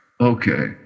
okay